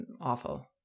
awful